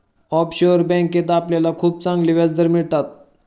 offshore बँकेत आपल्याला खूप चांगले व्याजदर मिळतात